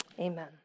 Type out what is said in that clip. amen